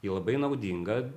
į labai naudingą